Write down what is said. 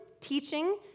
teaching